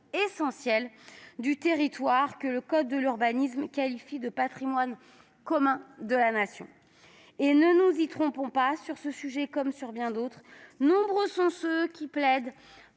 essentielle du territoire que le code de l'urbanisme qualifie de « patrimoine commun de la Nation ». Et, ne nous y trompons pas, sur ce sujet comme sur bien d'autres, nombreux sont ceux qui plaident